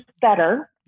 better